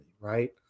right